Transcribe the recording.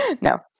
No